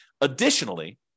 Additionally